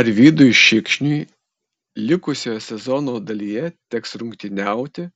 arvydui šikšniui likusioje sezono dalyje teks rungtyniauti